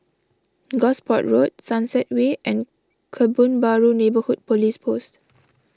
Gosport Road Sunset Way and Kebun Baru Neighbourhood Police Post